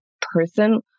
person